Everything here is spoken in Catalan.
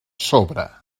sobre